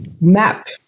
map